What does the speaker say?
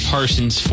Parsons